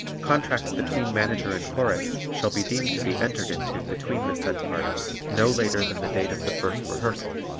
contracts between manager and chorus shall be deemed to be entered into between the said parties no later than the date of the first rehearsal,